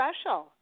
special